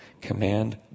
Command